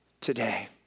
today